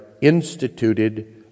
instituted